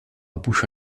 bouche